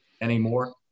anymore